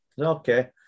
okay